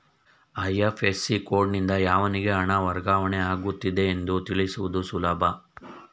IFSC ಕೋಡ್ನಿಂದ ಯಾವನಿಗೆ ಹಣ ವರ್ಗಾವಣೆ ಆಗುತ್ತಿದೆ ಎಂದು ತಿಳಿಸುವುದು ಸುಲಭ